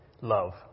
love